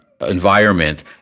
environment